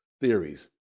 theories